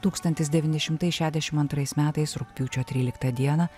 tūkstantis devyni šimtai šešiasdešim antrais metais rugpjūčio tryliktą dieną